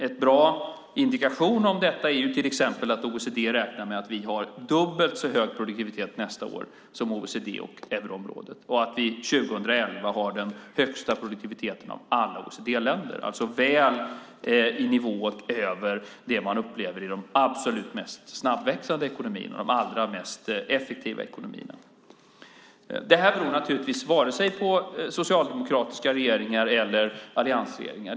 En bra indikation på detta är till exempel att OECD räknar med att vi har dubbelt så hög produktivitet nästa år som OECD och euroområdet och att vi 2011 har den högsta produktiviteten av alla OECD-länder, alltså i nivå väl över det man upplever i de absolut mest snabbväxande ekonomierna, de allra mest effektiva ekonomierna. Det här beror naturligtvis vare sig på socialdemokratiska regeringar eller på alliansregeringen.